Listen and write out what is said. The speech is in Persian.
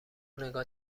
نگاه